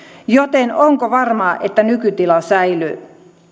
onko varmaa että nykytila säilyy